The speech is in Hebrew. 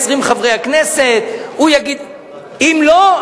אם יש בנייה קשיחה